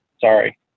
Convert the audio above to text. sorry